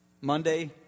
Monday